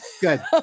Good